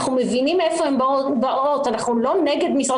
אנחנו מבינים מאיפה הן באות ואנחנו לא נגד משרד